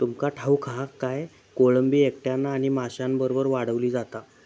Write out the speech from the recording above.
तुमका ठाऊक हा काय, कोळंबी एकट्यानं आणि माशांबरोबर वाढवली जाता